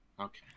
okay